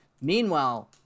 Meanwhile